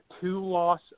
two-loss